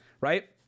Right